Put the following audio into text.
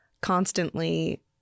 constantly